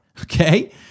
okay